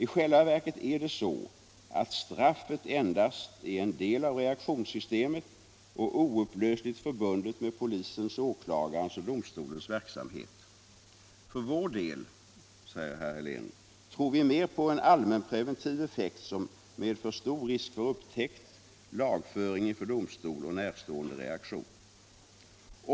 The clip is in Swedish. I själva verket är det så, att straffet endast är en del av reaktionssystemet och oupplösligt förbundet med polisens, åklagarens och domstolens verksamhet. För vår del tror vi mer på en allmänpreventiv effekt som medför stor risk för upptäckt, lagföring inför domstol och närstående reaktion.